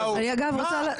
מה,